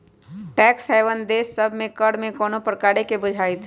tax haven देश सभ में कर में कोनो प्रकारे न बुझाइत